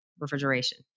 refrigeration